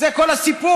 זה כל הסיפור.